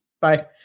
Bye